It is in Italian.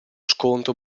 scontro